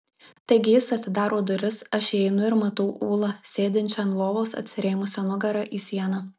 taigi jis atidaro duris aš įeinu ir matau ulą sėdinčią ant lovos atsirėmusią nugara į sieną